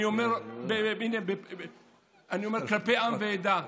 אני אומר כלפי עם ועדה: